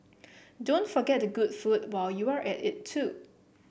don't forget the good food while you're at it too